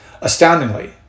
Astoundingly